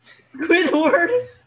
Squidward